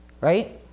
Right